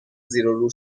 زیرورو